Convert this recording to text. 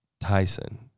Tyson